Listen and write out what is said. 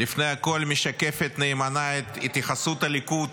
לפני הכול, משקפת נאמנה את התייחסות הליכוד,